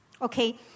Okay